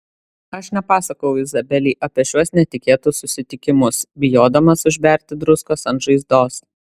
aš nepasakojau izabelei apie šiuos netikėtus susitikimus bijodamas užberti druskos ant žaizdos